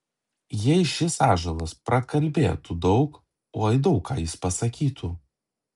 jei šis ąžuolas prakalbėtų daug oi daug ką jis pasakytų